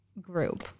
group